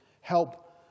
help